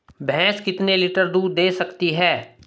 भैंस कितने लीटर तक दूध दे सकती है?